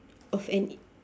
of an